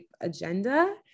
agenda